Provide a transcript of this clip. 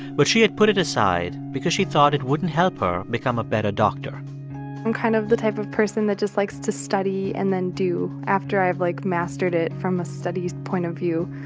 but she had put it aside because she thought it wouldn't help her become a better doctor i'm kind of the type of person that just likes to study and then do after i've, like, mastered it from a study point of view.